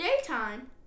daytime